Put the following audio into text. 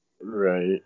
Right